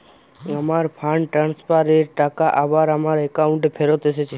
আমার fund transfer এর টাকা আবার আমার একাউন্টে ফেরত এসেছে